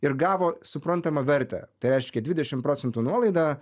ir gavo suprantamą vertę tai reiškia dvidešimt procentų nuolaidą